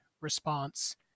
response